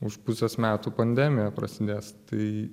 už pusės metų pandemija prasidės tai